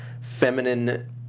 feminine